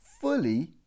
fully